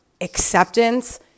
acceptance